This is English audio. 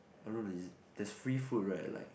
I don't know there's there is free food right like